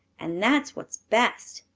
and that's what's best.